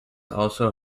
also